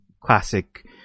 classic